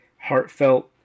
heartfelt